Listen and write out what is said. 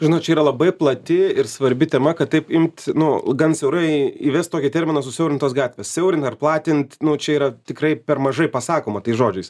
žinot čia yra labai plati ir svarbi tema kad taip imt nu gan siaurai įvest tokį terminą susiaurintos gatvės siaurina ir platint nu čia yra tikrai per mažai pasakoma tais žodžiais